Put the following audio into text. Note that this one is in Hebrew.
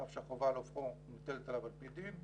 אף שהחובה מוטלת עליו על פי דין,